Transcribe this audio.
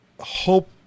hope